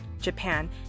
Japan